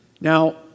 Now